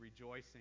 rejoicing